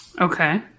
Okay